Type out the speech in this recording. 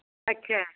ਅੱਛਾ